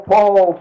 Paul